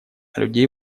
людей